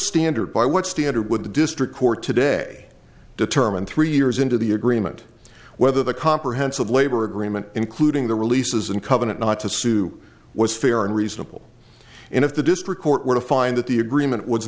standard by what standard would the district court today determine three years into the agreement whether the comprehensive labor agreement including the releases and covenant not to sue was fair and reasonable and if the district court were to find that the agreement w